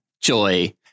Joy